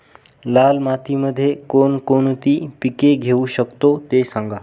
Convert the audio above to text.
लाल मातीमध्ये कोणकोणती पिके घेऊ शकतो, ते सांगा